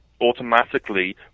automatically